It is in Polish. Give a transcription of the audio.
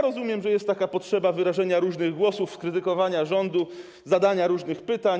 Rozumiem, że jest potrzeba wyrażenia różnych głosów, skrytykowania rządu, zadania różnych pytań.